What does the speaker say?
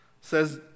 says